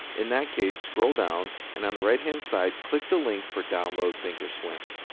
in that case, scroll down, and on the right hand side, click the link for download thinkorswim.